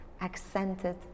accented